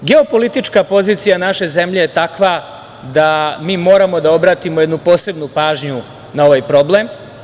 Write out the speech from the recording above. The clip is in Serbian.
Geopolitička pozicija naše zemlje je takva da mi moramo da obratimo jednu posebnu pažnju na ovaj problem.